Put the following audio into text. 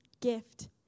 gift